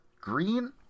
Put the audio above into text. Green